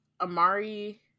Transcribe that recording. Amari